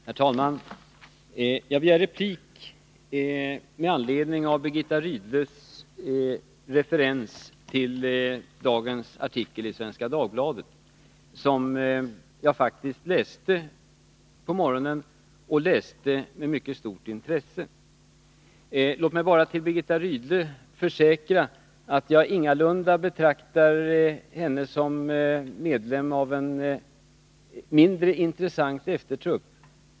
Herr talman! Jag begärde replik med anledning av Birgitta Rydles referens till dagens artikel i Svenska Dagbladet, som jag faktiskt läste med mycket stort intresse på morgonen. Låt mig bara försäkra Birgitta Rydle att jag ingalunda betraktar henne som medlem av en mindre intressant eftertrupp.